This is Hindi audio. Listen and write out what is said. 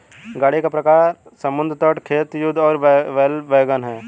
गाड़ी का प्रकार समुद्र तट, खेत, युद्ध और बैल वैगन है